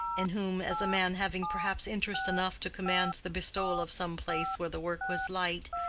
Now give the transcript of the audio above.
in whom, as a man having perhaps interest enough to command the bestowal of some place where the work was light,